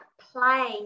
play